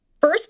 first